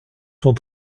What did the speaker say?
sont